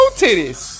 titties